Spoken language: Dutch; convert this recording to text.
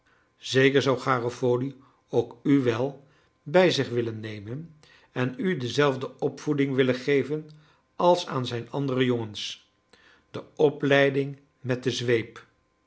zeker zou garofoli ook u wel bij zich willen nemen en u dezelfde opvoeding willen geven als aan zijn andere jongens de opleiding met de zweep